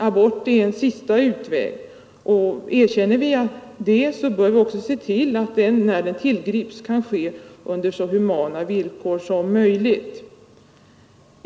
Abort är en sista utväg, och erkänner vi det bör vi också se till att abort, när den tillgrips, kan ske under så humana förhållanden som möjligt.